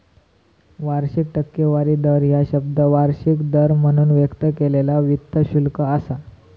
वार्षिक टक्केवारी दर ह्या शब्द वार्षिक दर म्हणून व्यक्त केलेला वित्त शुल्क असा